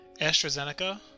AstraZeneca